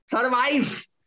survive